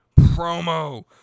promo